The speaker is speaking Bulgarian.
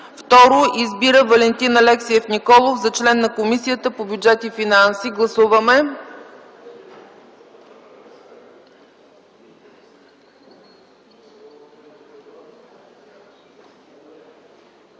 2. Избира Валентин Алексиев Николов за член на Комисията по бюджет и финанси.” Моля да